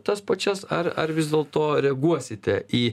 tas pačias ar ar vis dėlto reaguosite į